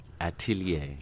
atelier